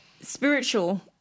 spiritual